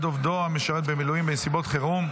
עובדו המשרת במילואים בנסיבות חירום)